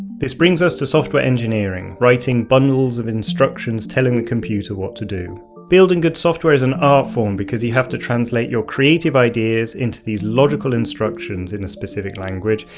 this brings us to software engineering writing bundles of instructions telling the computer what to do. building good software is an art form because you have to translate your creative ideas into logical instructions in a specific language,